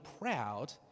proud